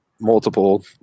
multiple